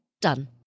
Done